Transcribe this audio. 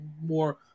more